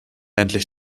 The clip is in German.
endlich